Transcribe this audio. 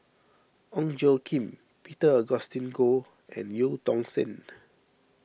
Ong Tjoe Kim Peter Augustine Goh and Eu Tong Sen